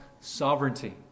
sovereignty